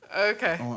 Okay